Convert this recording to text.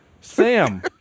Sam